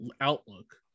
outlook